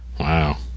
Wow